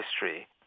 history